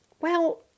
Well